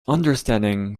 understanding